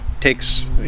takes